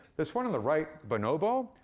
this one on the right, bonobo,